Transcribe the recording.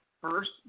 First